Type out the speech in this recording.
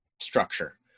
Structure